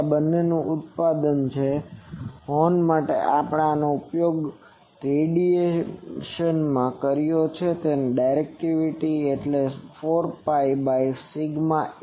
તેથી આ બંનેનું ઉત્પાદન છે હોર્ન માટે આપણે આનો ઉપયોગ રેડિયનમાં કર્યો છે તેથી ડાયરેક્ટિવિટી એટલે શું 4 pi બાય sigma A